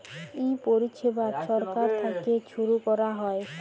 ই পরিছেবা ছরকার থ্যাইকে ছুরু ক্যরা হ্যয়